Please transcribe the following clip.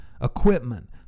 equipment